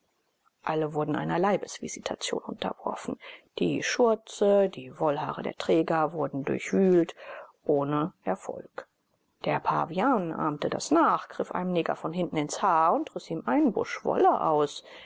alle wurden einer leibesvisitation unterworfen die schurze die wollhaare der träger wurden durchwühlt ohne erfolg der pavian ahmte das nach griff einem neger von hinten ins haar und riß ihm einen busch wolle aus